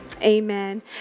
Amen